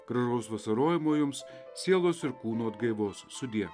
gražaus vasarojimo jums sielos ir kūno atgaivos sudie